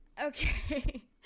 okay